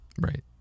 Right